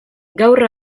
gaur